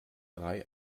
drei